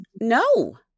No